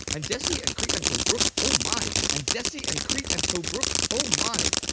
and dessie and crete and tobruk, oh my. and dessie and crete and tobruk, oh my,